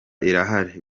irahari